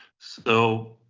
so